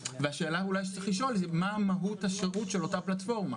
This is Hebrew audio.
השאלה שאולי צריך לשאול היא מהי מהות השירות של אותה פלטפורמה.